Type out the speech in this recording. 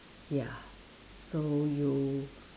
ya so you